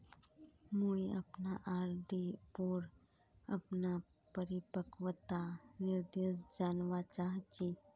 मुई अपना आर.डी पोर अपना परिपक्वता निर्देश जानवा चहची